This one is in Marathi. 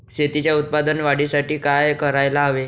शेतीच्या उत्पादन वाढीसाठी काय करायला हवे?